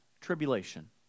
Tribulation